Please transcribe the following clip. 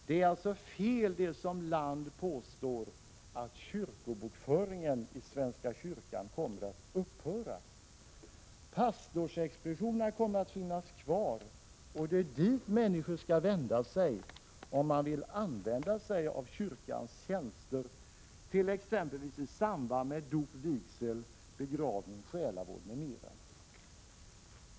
Det är alltså felaktigt när Land påstår att kyrkobokföringen i svenska kyrkan kommer att upphöra. Pastorsexpeditionerna kommer att finnas kvar, och det är dit människor skall vända sig om de vill använda sig av kyrkans tjänster, t.ex. i samband med dop, vigsel, begravning, själavård m.m.